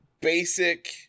basic